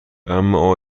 اما